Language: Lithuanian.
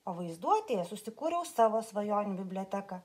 o vaizduotėje susikūriau savo svajonių biblioteką